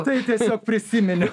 tai tiesiog prisiminiau